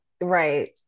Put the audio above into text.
Right